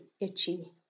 itchy